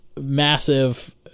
massive